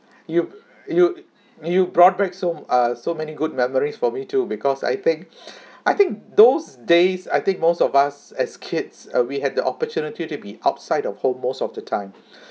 you you you brought back so uh so many good memories for me too because I think I think those days I think most of us as kids uh we had the opportunity to be outside of home most of the time